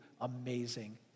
amazing